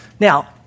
Now